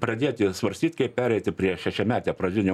pradėti svarstyt kaip pereiti prie šešiametio pradinio